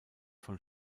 von